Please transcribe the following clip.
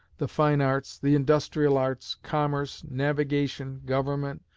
the fine arts, the industrial arts, commerce, navigation, government,